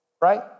Right